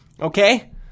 okay